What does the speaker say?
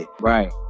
right